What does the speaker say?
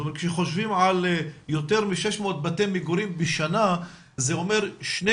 כשחושבים על יותר מ-600 בתי מגורים בשנה זה אומר שני